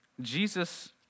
Jesus